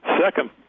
Second